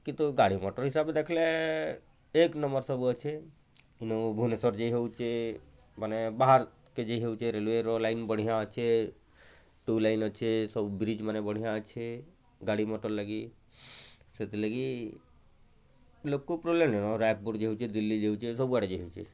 କିନ୍ତୁ ଗାଡ଼ି ମଟର୍ ହିସାବରେ ଦେଖଲେ ଏକ ନମ୍ବର୍ ସବୁ ଅଛେ ଇନୁ ଭୁବନେଶ୍ୱର୍ ଯାଇ ହଉଚେ ମାନେ ବାହାରକେ ଯାଇ ହଉଚେ ରେଲୱେର ଲାଇନ୍ ବଢ଼ିଆ ଅଛେ ଟୁ ଲାଇନ୍ ଅଛେ ସବୁ ବ୍ରିଜମାନେ ବଢ଼ିଆ ଅଛେ ଗାଡ଼ି ମଟର୍ ଲାଗି ସେଥିଲାଗି ଲୋକପ୍ରଲେନିଅ ରାଏପୁର ଯାଉଚେ ଦିଲ୍ଲୀ ଯାଉଚେ ସବୁଆଡ଼େ ଯାଇହଉଚେ